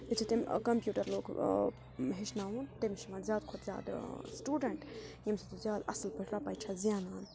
یُتھٕے تٔمۍ کَمپیوٗٹَر لوٚگ ہیٚچھناوُن تٔمِس چھُ یِوان زیادٕ کھۄتہٕ زیادٕ سٹوٗڈَنٹ ییٚمہِ سۭتۍ سُہ زیادٕ اَصٕل پٲٹھۍ رۄپَے چھَ زٮ۪نان